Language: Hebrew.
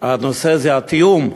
הנושא זה התיאום,